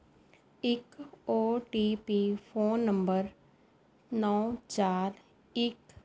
ਇੱਕ O T P phone number ਨੌਂ ਚਾਰ ਇੱਕ